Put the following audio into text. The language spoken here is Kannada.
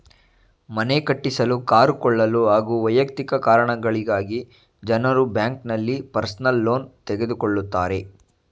ಮನೆ ಕಟ್ಟಿಸಲು ಕಾರು ಕೊಳ್ಳಲು ಹಾಗೂ ವೈಯಕ್ತಿಕ ಕಾರಣಗಳಿಗಾಗಿ ಜನರು ಬ್ಯಾಂಕ್ನಲ್ಲಿ ಪರ್ಸನಲ್ ಲೋನ್ ತೆಗೆದುಕೊಳ್ಳುತ್ತಾರೆ